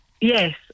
Yes